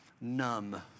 numb